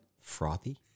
Frothy